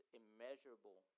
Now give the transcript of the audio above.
immeasurable